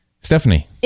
Stephanie